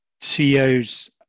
CEOs